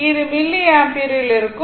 இது மில்லி ஆம்பியரில் இருக்கும்